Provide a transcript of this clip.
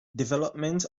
development